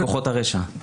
נציג כוחות הרשע...